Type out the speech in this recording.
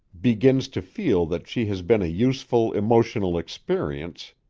begins to feel that she has been a useful emotional experience,